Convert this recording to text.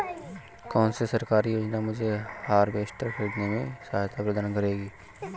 कौन सी सरकारी योजना मुझे हार्वेस्टर ख़रीदने में सहायता प्रदान करेगी?